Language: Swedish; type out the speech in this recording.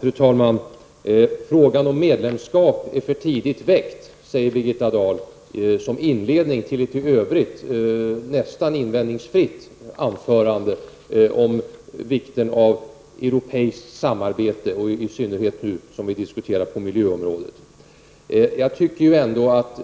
Fru talman! Frågan om medlemskap är för tidigt väckt, säger Birgitta Dahl som inledning till ett i övrigt nästan invändningsfritt anförande om vikten av europeiskt samarbete, i synnerhet på miljöområdet som vi nu diskuterar. Jag tycker ändock att